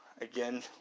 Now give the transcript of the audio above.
Again